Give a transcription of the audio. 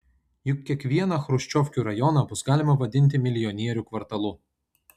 juk kiekvieną chruščiovkių rajoną bus galima vadinti milijonierių kvartalu